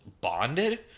bonded